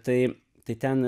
tai tai ten